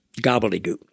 gobbledygook